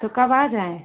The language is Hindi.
तो कब आ जाएँ